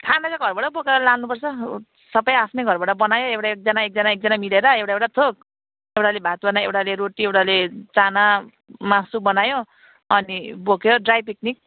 खाना त घरबाटै बोकेर लानुपर्छ ऊ सबै आफ्नै घरबाट बनायो एउटा एकजना एकजना एकजना मिलेर एउटा एउटा थोक एउटाले भात बनायो एउटाले रोटी एउटाले चाना मासु बनायो अनि बोक्यो ड्राई पिकनिक